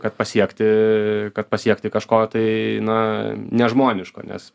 kad pasiekti kad pasiekti kažko tai na nežmoniško nes